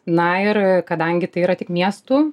na ir kadangi tai yra tik miestų